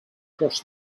cross